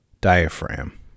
diaphragm